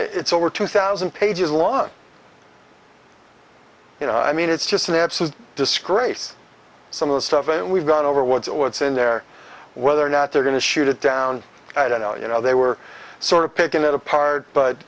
and it's over two thousand pages long you know i mean it's just an absolute disgrace some of the stuff and we've gone over what's what's in there whether or not they're going to shoot it down i don't know you know they were sort of picking it apart but